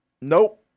Nope